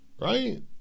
right